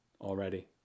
already